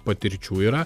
patirčių yra